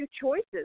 choices